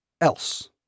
else